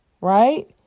right